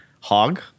Hog